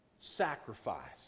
sacrifice